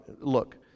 Look